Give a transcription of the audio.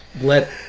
let